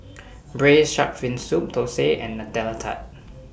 Braised Shark Fin Soup Thosai and Nutella Tart